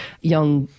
young